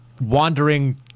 wandering